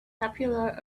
popular